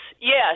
yes